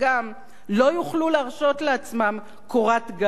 לא יוכלו להרשות לעצמם קורת גג לראשם.